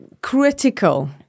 critical